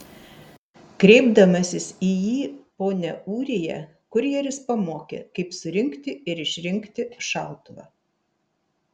kreipdamasis į jį pone ūrija kurjeris pamokė kaip surinkti ir išrinkti šautuvą